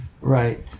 right